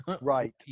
Right